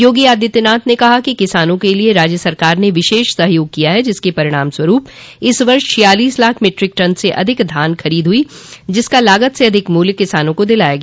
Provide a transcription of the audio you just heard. योगी आदित्यनाथ ने कहा कि किसानों के लिये राज्य सरकार ने विशेष सहयोग किया है जिसके परिणाम स्वरूप इस वर्ष छियालीस लाख मीट्रिक टन से अधिक धान खरीद हुई जिसका लागत से अधिक मूल्य किसानों को दिलाया गया